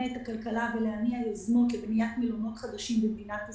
את הכלכלה ולהניע יוזמות לבניית מלונות חדשים במדינת ישראל.